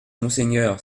monseigneur